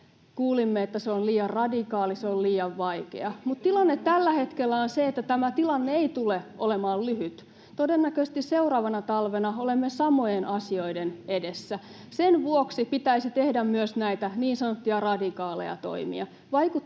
kuulimme, että se on liian radikaali, se on liian vaikea, mutta tilanne tällä hetkellä on se, että tämä tilanne ei tule olemaan lyhyt. Todennäköisesti seuraavana talvena olemme samojen asioiden edessä. Sen vuoksi pitäisi tehdä myös näitä niin sanottuja radikaaleja toimia,